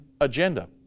agenda